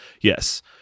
Yes